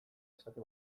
esate